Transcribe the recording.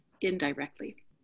indirectly